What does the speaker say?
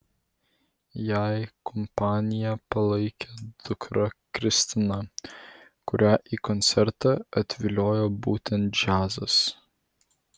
jai kompaniją palaikė dukra kristina kurią į koncertą atviliojo būtent džiazas